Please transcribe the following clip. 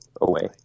away